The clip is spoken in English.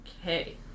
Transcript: okay